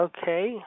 Okay